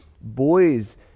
boys